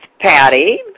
Patty